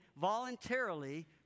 voluntarily